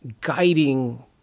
guiding